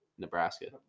Nebraska